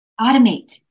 automate